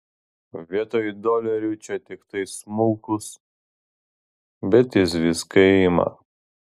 vietoj dolerių čia tiktai smulkūs bet jis viską ima